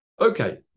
Okay